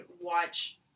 watch